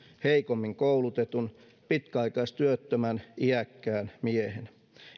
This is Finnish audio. heikommin koulutetun pitkäaikaistyöttömän iäkkään miehen